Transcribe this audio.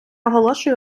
оголошую